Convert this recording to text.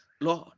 Lord